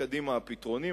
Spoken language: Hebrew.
לקדימה הפתרונים,